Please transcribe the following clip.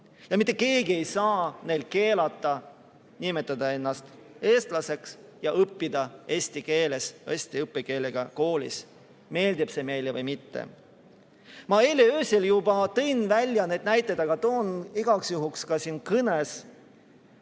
Ja mitte keegi ei saa neile keelata nimetada ennast eestlaseks ja õppida eesti keeles eesti õppekeelega koolis, meeldib see meile või mitte. Ma eile öösel juba tõin need näited, aga ütlen igaks juhuks ka tänases